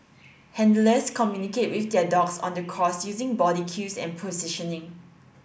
handlers communicate with their dogs on the course using body cues and positioning